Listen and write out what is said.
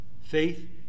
Faith